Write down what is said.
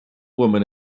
woman